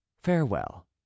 Farewell